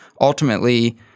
ultimately